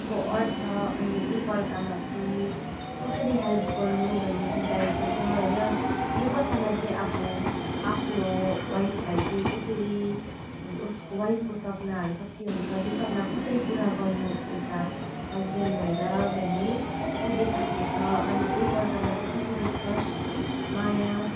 को अर्थ अनि एकाअर्कामाथि कसरी हेल्प गर्नु भन्ने बुझाएको छ होइन यो कथामा चाहिँ अब आफ्नो वाइफलाई चाहिँ कसरी उसको वाइफको सपनाहरू कति हुन्छ त्यो सपना कसरी पुरा गर्नु एउटा हजबेन्ड भएर भन्ने त्यो देखाएको छ अन्त एकाअर्कामाथि कसरी ट्रस्ट माया